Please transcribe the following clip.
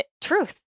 truth